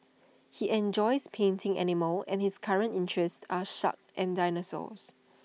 he enjoys painting animals and his current interests are sharks and dinosaurs